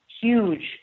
huge